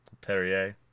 Perrier